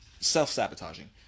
self-sabotaging